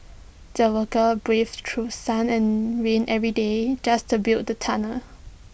the workers braved through sun and rain every day just to build the tunnel